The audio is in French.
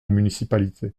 municipalité